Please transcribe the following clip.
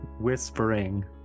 whispering